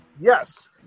Yes